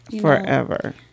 forever